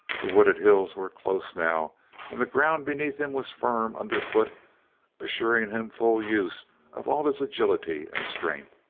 the wooded hills were close now and the ground beneath him was firm underfoot assuring him full use of all his agility and strength.